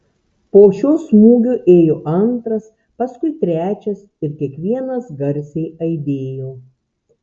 po šio smūgio ėjo antras paskui trečias ir kiekvienas garsiai aidėjo